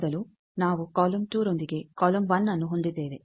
ಈ ಮೊದಲು ನಾವು ಕಾಲಮ್ 2ರೊಂದಿಗೆ ಕಾಲಮ್ 1ಅನ್ನು ಹೊಂದಿದ್ದೇವೆ